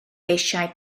eisiau